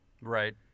Right